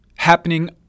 happening